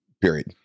period